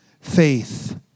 faith